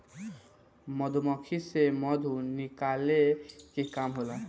मधुमक्खी से मधु निकाले के काम होला